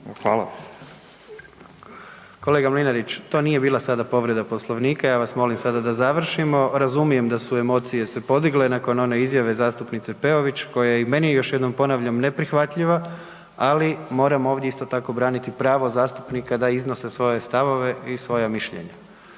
(HDZ)** Kolega Mlinarić, to nije bila sada povreda Poslovnika, ja vas molim sada da završimo, razumijem da su emocije se podigle nakon one izjave zastupnice Peović koja je i meni još jednom ponavljam, neprihvatljiva ali moram ovdje isto tako braniti pravo zastupnika da iznose svoje stavove i svoja mišljenja